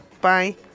Bye